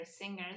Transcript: singers